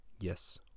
yes